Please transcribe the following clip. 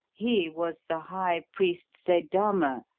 he was the high priest seydama,